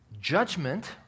judgment